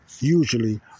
usually